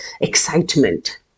excitement